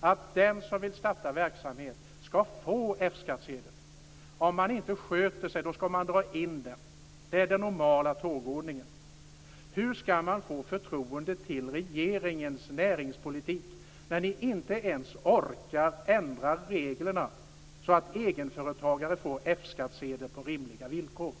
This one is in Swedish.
att den som vill starta verksamhet skall få F-skattsedel. Om man inte sköter sig skall den dras in. Det är den normala tågordningen. Hur skall man få förtroende till regeringens näringspolitik när ni inte ens orkar ändra reglerna så att egenföretagare får F-skattsedel på rimliga villkor?